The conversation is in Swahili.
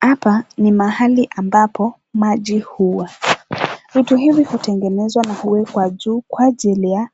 Hapa ni mahali ambapo maji huwa vitu hivi hutengenezwa na kuwekwa juu kwa ajili ya